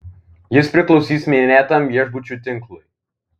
jis priklausys minėtam viešbučių tinklui